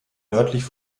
nördlich